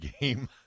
game